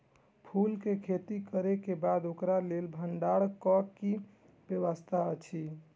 फूल के खेती करे के बाद ओकरा लेल भण्डार क कि व्यवस्था अछि?